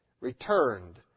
returned